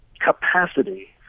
capacity